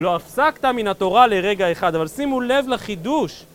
לא הפסקת מן התורה לרגע אחד, אבל שימו לב לחידוש!